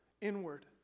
inward